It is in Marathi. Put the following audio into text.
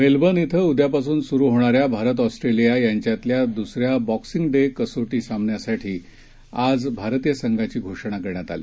मेलबर्न इथं उद्यापासून सुरू होणाऱ्या भारत ऑस्ट्रेलिया यांच्यातल्या द्सऱ्या बॉक्सिंग डे कसोटी सामन्यासाठी आज भारतीय संघाची घोषणा करण्यात आली